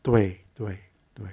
对对对